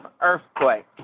Earthquake